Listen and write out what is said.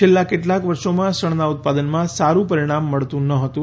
છેલ્લા કેટલાંક વર્ષોમાં શણનાં ઉત્પાદનમાં સારું પરિણામ મળતું ન હતું